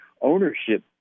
ownership